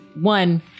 one